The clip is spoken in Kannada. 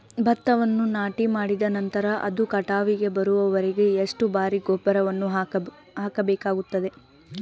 ಭತ್ತವನ್ನು ನಾಟಿಮಾಡಿದ ನಂತರ ಅದು ಕಟಾವಿಗೆ ಬರುವವರೆಗೆ ಎಷ್ಟು ಬಾರಿ ಗೊಬ್ಬರವನ್ನು ಹಾಕಬೇಕಾಗುತ್ತದೆ?